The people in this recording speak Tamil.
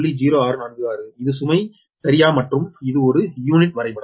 0646 இது சுமை சரியா மற்றும் இது ஒரு யூனிட் வரைபடம்